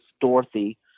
Dorothy